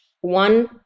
one